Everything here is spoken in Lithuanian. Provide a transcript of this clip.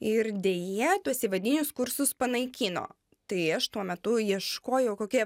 ir deja tuos įvadinius kursus panaikino tai aš tuo metu ieškojau kokia